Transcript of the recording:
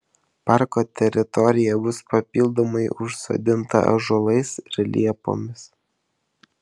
parko teritorija bus papildomai užsodinta ąžuolais ir liepomis